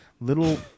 little